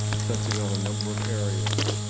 touching on a number of areas.